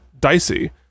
dicey